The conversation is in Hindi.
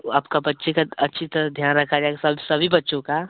वह आपका बच्चे का अच्छी तरह ध्यान रखा जाएगा सब सभी बच्चों का